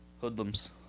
Hoodlums